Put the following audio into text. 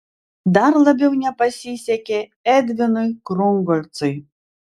dar labiau nepasisekė edvinui krungolcui